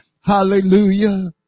Hallelujah